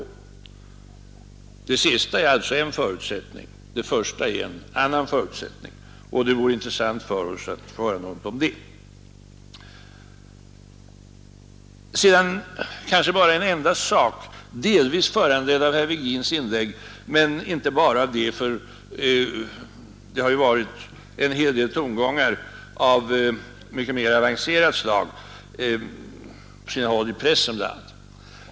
Det sista är alltså en förutsättning, det första en annan. Det vore intressant för oss att få höra något om detta. En sak till, delvis föranledd av herr Virgins inlägg, men inte bara det för det har ju varit en hel del tongångar av avancerat slag i pressen bl.a.